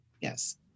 Yes